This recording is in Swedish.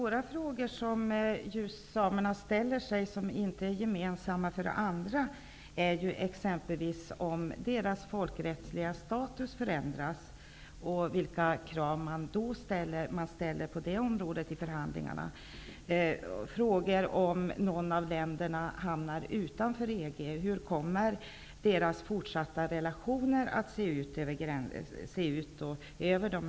Fru talman! Exempel på några frågor som rör samerna, men inte är gemensamma för andra, är ju om samernas folkrättsliga status förändras och vilka krav som då ställs i förhandlingarna. Man frågar sig också vad som händer om något av länderna hamnar utanför EG. Hur kommer då samernas fortsatta relationer över gränserna att se ut?